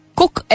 cook